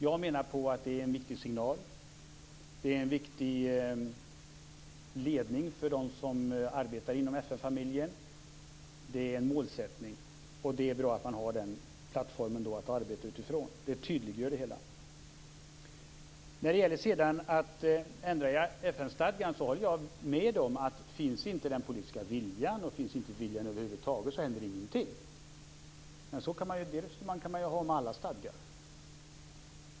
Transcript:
Jag menar att det är en viktig signal och en viktig ledning för dem som arbetar inom FN-familjen. Det är en målsättning, och det är bra att man har den plattformen att arbeta utifrån. Det tydliggör det hela. När det sedan gäller att ändra FN-stadgan håller jag med om att om inte den politiska viljan finns och om det inte finns någon vilja över huvud taget, händer det ingenting. Men det resonemanget kan man föra om alla stadgar.